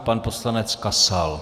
Pan poslanec Kasal.